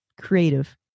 creative